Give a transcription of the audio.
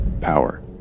Power